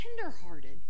tenderhearted